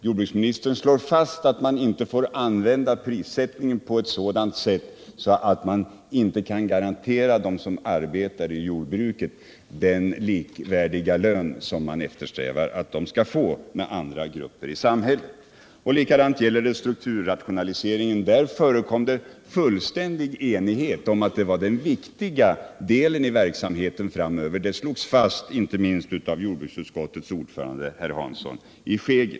Jordbruksministern slår där fast att man inte får använda prissättningen på ett sådant sätt att man inte kan garantera dem som arbetar i jordbruket den med andra grupper i samhället likvärdiga lön som man eftersträvar att de skall få. Likadant är det när det gäller strukturrationaliseringen. Det rådde fullständig enighet om att den var den viktiga delen i verksamheten framöver. Det slogs fast inte minst av jordbruksutskottets dåvarande ordförande herr Hansson i Skegrie.